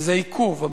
וזה עיכוב.